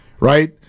right